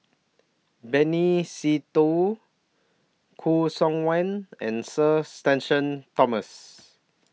Benny Se Teo Khoo Seok Wan and Sir Shenton Thomas